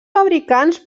fabricants